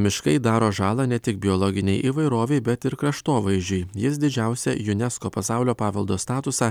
miškai daro žalą ne tik biologinei įvairovei bet ir kraštovaizdžiui jis didžiausia unesco pasaulio paveldo statusą